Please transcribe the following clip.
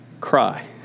cry